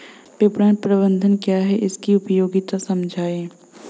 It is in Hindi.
विपणन प्रबंधन क्या है इसकी उपयोगिता समझाइए?